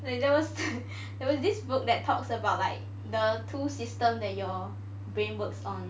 like there was there was this book that talks about like the two system that your brain works on